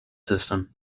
system